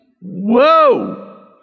Whoa